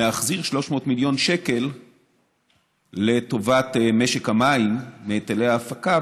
להחזיר 300 מיליון שקל לטובת משק המים מהיטלי ההפקה,